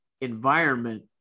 environment